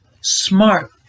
smart